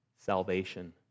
salvation